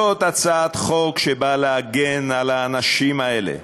זאת הצעת חוק שבאה להגן על האנשים האלה,